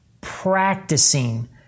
practicing